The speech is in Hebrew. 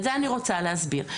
וזה אני רוצה להסביר.